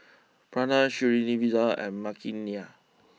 Pranav Srinivasa and Makineni